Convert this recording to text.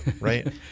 Right